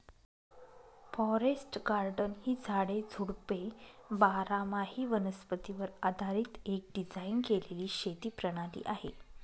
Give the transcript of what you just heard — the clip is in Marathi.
फॉरेस्ट गार्डन ही झाडे, झुडपे बारामाही वनस्पतीवर आधारीत एक डिझाइन केलेली शेती प्रणाली आहे